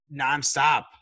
nonstop